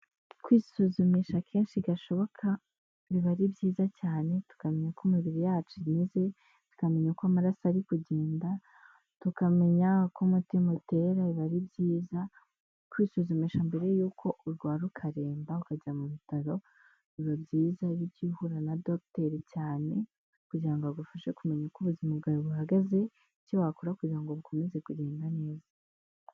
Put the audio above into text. Kwisuzumisha kenshi gashoboka biba ari byiza cyane tukamenya uko imibiri yacu imeze, tukamenya uko amaraso ari kugenda, tukamenya uko umutima utera biba ari byiza, kwisuzumisha mbere yuko urwara ukaremba ukajya mu bitaro biba byiza iyo ugiye uhura na dogiteri cyane, kugirango agufashe kumenya uko ubuzima bwawe buhagaze, icyo wakora kugira ngo bukomeze kugenda neza.